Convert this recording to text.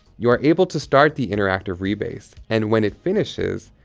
you are able to start the interactive-rebase, and when it finishes,